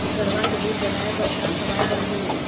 गरवा के दूध बढ़ाये बर का खवाए बर हे?